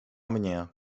mnie